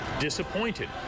disappointed